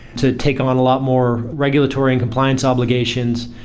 to take them on a lot more regulatory and compliance obligations.